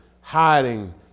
hiding